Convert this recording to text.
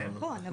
נכון,